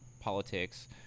politics